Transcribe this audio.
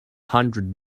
hundred